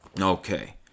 Okay